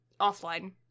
offline